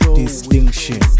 distinction